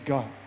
God